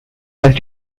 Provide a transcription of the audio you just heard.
was